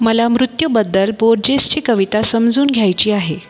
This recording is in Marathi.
मला मृत्यूबद्दल बोर्जेसची कविता समजून घ्यायची आहे